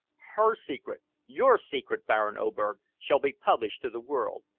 her secret your secret, baron oberg shall be published to the world.